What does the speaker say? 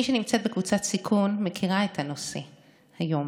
מי שנמצאת בקבוצת סיכון מכירה את הנושא היום,